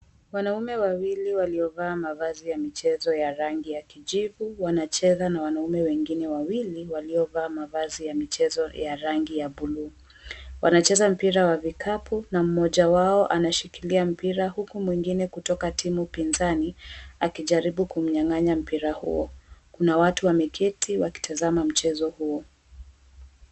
Wanaume wawili waliovaa mavazi ya michezo ya rangi ya kijivu, wanacheza na wanaume wengine wawili waliovaa mavazi ya michezo ya rangi ya buluu. Wanacheza mpira wa vikapu, na mmoja wao anashikilia mpira, huku mwingine kutoka timu pinzani, akijaribu kumnyang'anya mpira huo. Kuna watu wameketi wakitazama mchezo huo.